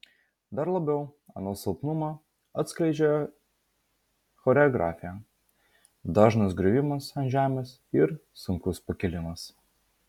dar labiau anos silpnumą atskleidžia choreografija dažnas griuvimas ant žemės ir sunkus pakilimas